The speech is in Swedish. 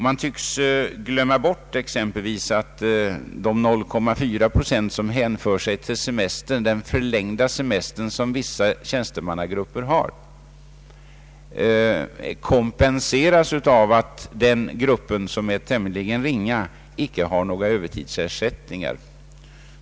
Man tycks t.ex. glömma bort att de 0,4 procent, som hänför sig till den förlängda semester vissa tjänstemannagrupper har, kompenseras av att dessa grupper, som är tämligen små, icke har några övertidsersättningar.